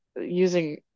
using